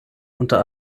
unter